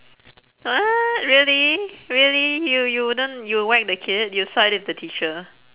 what really really you you wouldn't you'd whack the kid you'll side with the teacher